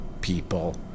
people